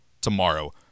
tomorrow